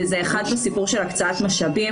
יש פה תפקיד מאוד חשוב בהקצאת משאבים